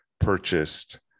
purchased